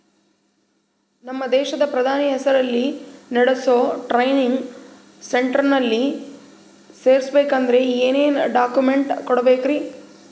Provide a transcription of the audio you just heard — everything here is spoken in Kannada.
ನಮ್ಮ ದೇಶದ ಪ್ರಧಾನಿ ಹೆಸರಲ್ಲಿ ನೆಡಸೋ ಟ್ರೈನಿಂಗ್ ಸೆಂಟರ್ನಲ್ಲಿ ಸೇರ್ಬೇಕಂದ್ರ ಏನೇನ್ ಡಾಕ್ಯುಮೆಂಟ್ ಕೊಡಬೇಕ್ರಿ?